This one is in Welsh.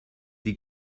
ddi